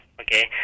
okay